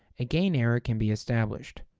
a gain error can be established.